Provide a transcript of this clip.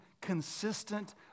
consistent